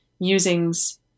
musings